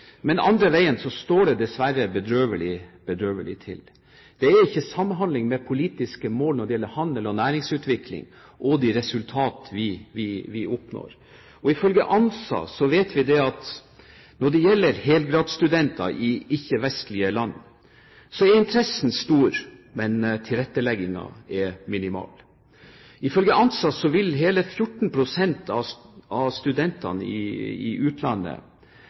Men den andre veien står det dessverre bedrøvelig til. Det er ikke samhandling mellom politiske mål når det gjelder handel og næringsutvikling, og de resultater vi oppnår. Og ifølge ANSA vet vi at når det gjelder helgradsstudenter i ikke-vestlige land, er interessen stor, men tilretteleggingen minimal. Ifølge ANSA kan hele 14 pst. av studentene i utlandet ha interesse for og lyst til å studere i